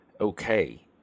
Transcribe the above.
okay